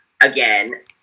Again